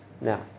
Now